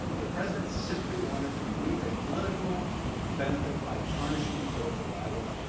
the president simply wanted to reap a political benefit by tarnishing a political rival